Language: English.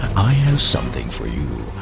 i have something for you,